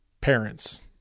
parents